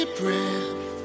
breath